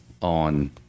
on